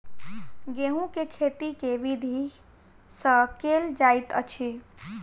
गेंहूँ केँ खेती केँ विधि सँ केल जाइत अछि?